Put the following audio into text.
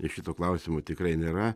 ir šito klausimo tikrai nėra